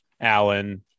Allen